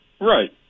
Right